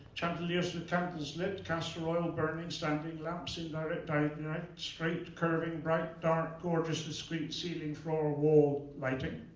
chandeliers with candles lit, castor-oil-burning standing lamps, indirect-direct, straight-curving, bright-dark, gorgeous-discreet, ceiling-floor-wall lighting.